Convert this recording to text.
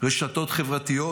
רשתות חברתיות,